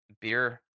beer